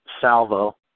salvo